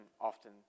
often